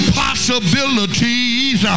possibilities